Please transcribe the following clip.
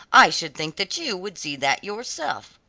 i should think that you would see that yourself.